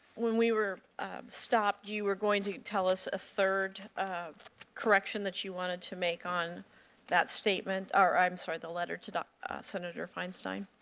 when we were stopped, you were going to tell us a third correction that you want to make on that statement, or i'm sorry, the letter to senator feinstein.